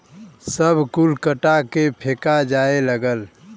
सब कुल कटा के फेका जाए लगल